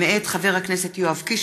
מאת חברת הכנסת איילת נחמיאס